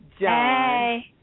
John